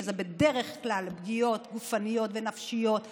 שזה בדרך כלל פגיעות גופניות, נפשיות ומיניות,